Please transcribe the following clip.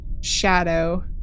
shadow